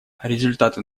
результаты